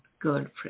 girlfriend